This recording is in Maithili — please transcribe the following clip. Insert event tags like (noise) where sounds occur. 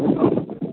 (unintelligible)